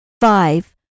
Five